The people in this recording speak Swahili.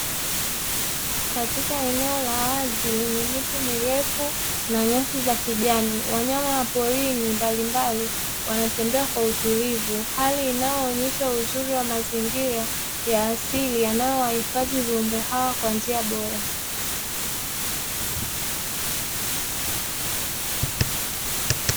Katika eneo la wazi lenye miti mirefu na nyasi za kijani wanyama wa porini mbalimbali wanatembea kwa utulivu, hali inayoonyesha uzuri wa mazingira ya asili yanayowahifadhi viumbe hao kwa njia bora.